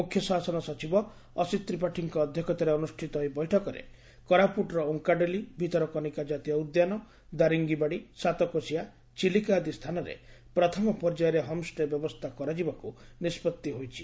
ମୁଖ୍ୟ ଶାସନ ସଚିବ ଅସୀତ ତ୍ରିପାଠୀଙ୍କ ଅଧ୍ଧକ୍ଷତାରେ ଅନୁଷ୍ଠିତ ଏହି ବୈଠକରେ କୋରାପୁଟ୍ର ଓଙ୍କାଡେଲି ଭିତରକନିକା କାତୀୟ ଉଦ୍ୟାନ ଦାରିଙ୍ଗବାଡ଼ି ସାତକୋଷିଆ ଚିଲିକା ଆଦି ସ୍ଥାନରେ ପ୍ରଥମ ପର୍ଯ୍ୟାୟରେ ହୋମ୍ ଷ୍ଟେ ବ୍ୟବସ୍ରା କରାଯିବାକୁ ନିଷ୍ବତ୍ତି ହୋଇଛି